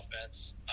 offense